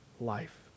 life